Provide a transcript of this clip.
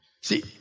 See